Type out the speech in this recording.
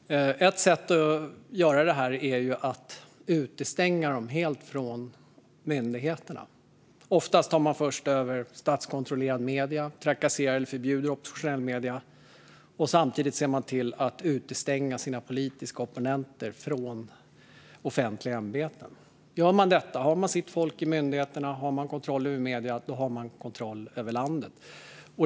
Ett sätt att göra detta är att utestänga dem helt från myndigheter. Oftast börjar man med att ta över statskontrollerade medier och trakasserar eller förbjuder oppositionella medier, och samtidigt ser man till att utestänga sina politiska opponenter från offentliga ämbeten. Om man gör detta - om man har sitt folk i myndigheterna och om man har kontroll över medierna - då har man kontroll över landet.